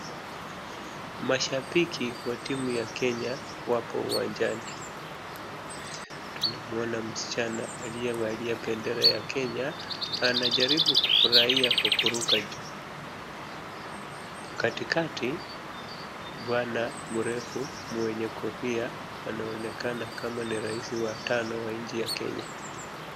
Mashabiki wa timu ya Kenya wapo uwanjani. Tunamuona msichana aliyevalia bendera ya Kenya anajaribu kufurahia kwa kuruka juu. Katikati bwana mrefu mwenye kofia anaonekana kama ni rais watano wa nchi ya Kenya.